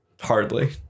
Hardly